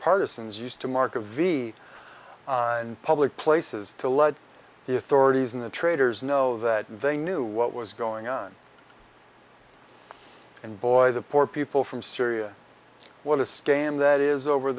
partisans used to mark a v on public places to let the authorities in the traitors know that they knew what was going on and boy the poor people from syria what a stand that is over